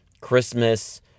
Christmas